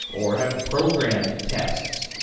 or have programmed tests,